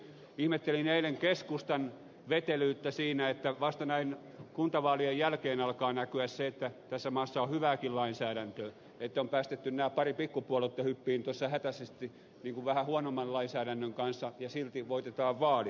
ihmettelin eilen keskustan vetelyyttä siinä että vasta näin kuntavaalien jälkeen alkaa näkyä se että tässä maassa on hyvääkin lainsäädäntöä että on päästetty nämä pari pikkupuoluetta hyppimään tuossa hätäisesti niin kuin vähän huonomman lainsäädännön kanssa ja silti voitetaan vaalit